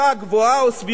ואבטלה נמוכה.